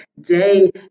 day